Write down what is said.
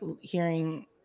hearing